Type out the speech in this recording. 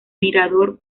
mirador